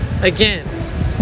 Again